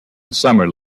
summer